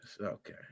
Okay